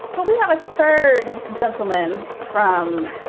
but we have a third gentleman from